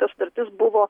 ta sutartis buvo